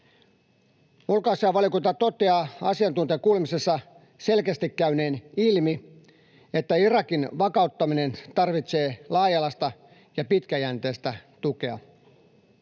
Ulkoasiainvaliokunta toteaa asiantuntijakuulemisissa selkeästi käyneen ilmi, että Irakin vakauttaminen tarvitsee laaja-alaista ja pitkäjänteistä tukea.